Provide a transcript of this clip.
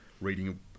reading